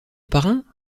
parrain